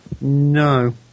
No